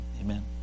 Amen